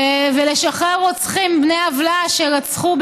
לשחרר רוצחים בני עוולה שרצחו,